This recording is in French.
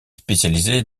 spécialisé